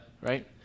Right